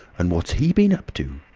and what's he been up to?